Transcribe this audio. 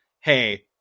hey